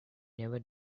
never